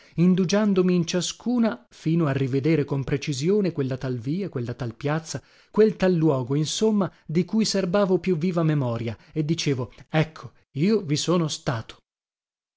allaltra indugiandomi in ciascuna fino a rivedere con precisione quella tal via quella tal piazza quel tal luogo insomma di cui serbavo più viva memoria e dicevo ecco io vi sono stato